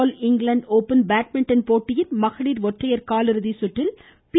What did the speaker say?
all England Open badminton போட்டியின் மகளிர் ஒற்றையர் காலிறுதி சுற்றில் பி